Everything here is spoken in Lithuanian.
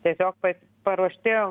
tiesiog pat paruošti